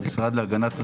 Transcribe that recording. המשרד להגנת הסביבה.